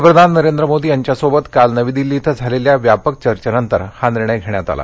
पंतप्रधान नरेंद्र मोदी यांच्यासोबत काल नवी दिल्ली इथं झालेल्या व्यापक चर्चेनंतर हा निर्णय घेण्यात आला